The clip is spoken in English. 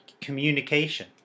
communication